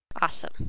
Awesome